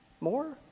more